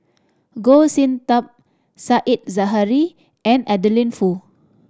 Goh Sin Tub Said Zahari and Adeline Foo